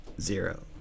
zero